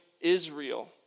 Israel